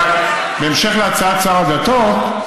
בהמשך להצעת שר הדתות,